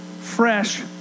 fresh